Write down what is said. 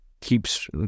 keeps